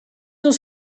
els